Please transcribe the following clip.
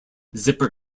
zipper